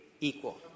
equal